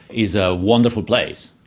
is a wonderful place,